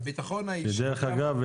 דרך אגב,